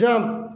jump